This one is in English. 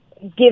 give